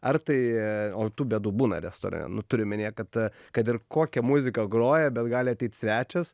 ar tai o tų bėdų būna restorane nu turiu omenyje kad kad ir kokią muziką groja bet gali ateit svečias